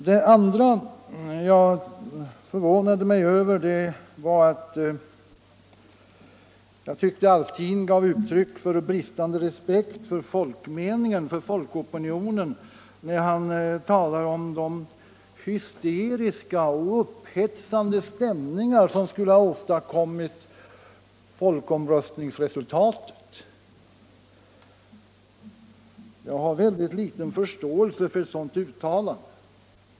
Det andra som jag förvånade mig över var när herr Alftin gav uttryck för bristande respekt för folkopinionen och talade om de hysteriska och upphetsande stämningar som skulle ha åstadkommit folkomröstningsresultatet. Jag har ytterst liten förståelse för ett sådant uttalande.